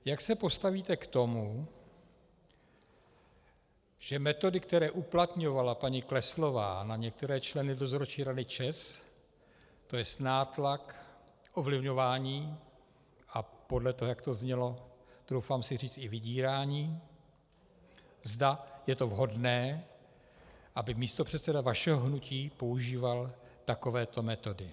Jak se postavíte k tomu, že metody, které uplatňovala paní Kleslová na některé členy dozorčí rady ČEZ, tj. nátlak, ovlivňování a podle toho, jak to znělo, troufám si říct i vydírání, zda je to vhodné, aby místopředseda vašeho hnutí používal takovéto metody.